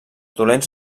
dolents